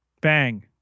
bang